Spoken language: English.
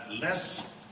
less